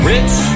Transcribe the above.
Rich